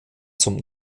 zum